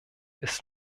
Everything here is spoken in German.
ist